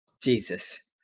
Jesus